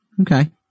Okay